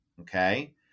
Okay